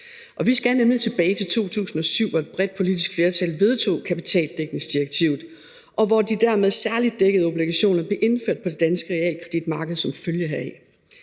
Vi skal tilbage til 2007, hvor et bredt politisk flertal vedtog kapitaldækningsdirektivet, hvor de særligt dækkede obligationer blev indført på det danske realkreditmarked som følge heraf.